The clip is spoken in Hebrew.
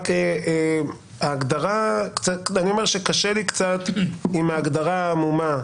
רק קשה לי קצת עם ההגדרה העמומה.